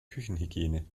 küchenhygiene